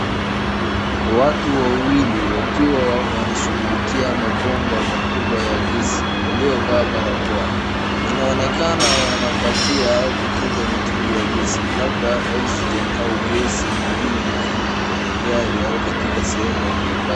Watu wawili wakiwa wanashughulikia mabomba makubwa ya gesi waliovaa barakoa. Inaonekana wanapakia au kutunza mitungi ya gesi labda oxygen au gesi nyingine muhumu kwenye gari au katika sehemu ya kuhifadhi.